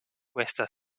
questa